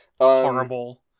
Horrible